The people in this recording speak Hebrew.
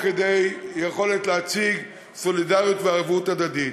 כדי יכולת להציג סולידריות וערבות הדדית.